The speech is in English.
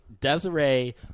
Desiree